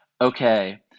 okay